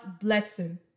blessing